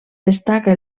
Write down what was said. destaca